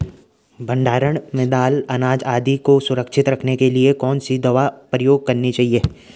भण्डारण में दाल अनाज आदि को सुरक्षित रखने के लिए कौन सी दवा प्रयोग करनी चाहिए?